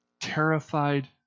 terrified